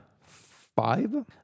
five